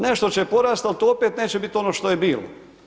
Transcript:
Nešto će porati, ali to opet neće biti ono što je bilo.